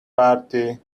party